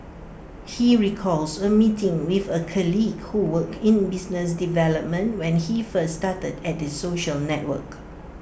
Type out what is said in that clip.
he recalls A meeting with A colleague who worked in business development when he first started at the social network